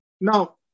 Now